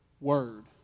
word